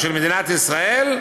של מדינת ישראל,